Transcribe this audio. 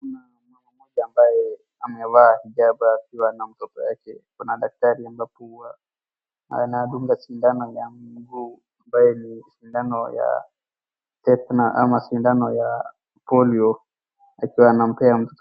Kuna mama mmoja ambaye amevaa hijabu akiwa na mtoto yake. Kuna daktari ambapo huwa anadunga sindano ya mguu ambayo ni sindano ya tetenus ama sindano ya polio akiwa anampea mtoto.